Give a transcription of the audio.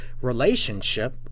relationship